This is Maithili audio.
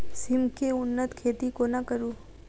सिम केँ उन्नत खेती कोना करू?